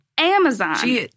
Amazon